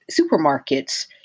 supermarkets